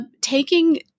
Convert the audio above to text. taking